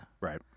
Right